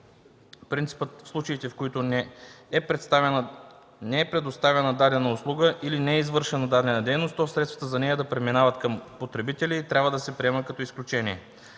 Принципът в случаите, в които не е предоставена дадена услуга или не е извършена дадена дейност, то средствата за нея да преминават към потребителя й, трябва да се приема като изключение.